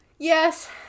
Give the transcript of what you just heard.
Yes